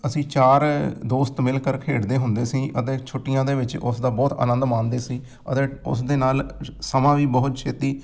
ਅਸੀਂ ਚਾਰ ਦੋਸਤ ਮਿਲ ਕਰ ਖੇਡਦੇ ਹੁੰਦੇ ਸੀ ਅਤੇ ਛੁੱਟੀਆਂ ਦੇ ਵਿੱਚ ਉਸ ਦਾ ਬਹੁਤ ਆਨੰਦ ਮਾਣਦੇ ਸੀ ਅਤੇ ਉਸ ਦੇ ਨਾਲ ਸਮਾਂ ਵੀ ਬਹੁਤ ਛੇਤੀ